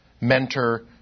mentor